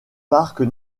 parc